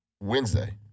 Wednesday